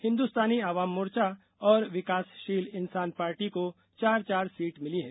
हिन्दुस्तानी आवाम मोर्चा और विकासशील इंसान पार्टी को चार चार सीट मिली हैं